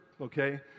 okay